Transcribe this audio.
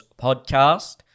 podcast